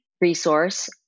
resource